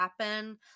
happen